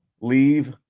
leave